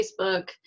Facebook